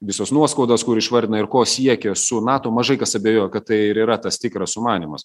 visos nuoskaudos kur išvardina ir ko siekia su nato mažai kas abejoja kad tai ir yra tas tikras sumanymas